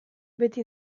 beti